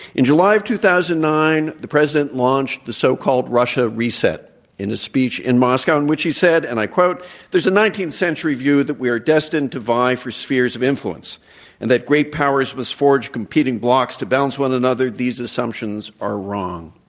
in july of two thousand and nine, the president launched the so-called russia reset in a speech in moscow in which he said and i quote there's a nineteenth century view that we are destined to vie for spheres of influence and that great powers must forge competing blocks to balance one another. these assumptions are wrong.